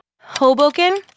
Hoboken